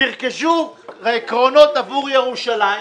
נרכשו קרונות עבור ירושלים,